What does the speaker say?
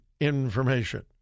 information